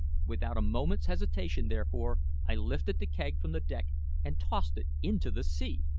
without a moment's hesitation, therefore, i lifted the keg from the deck and tossed it into the sea!